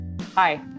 hi